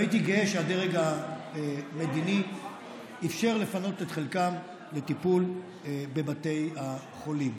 והייתי גאה שהדרג המדיני אפשר לפנות את חלקם לטיפול בבתי החולים.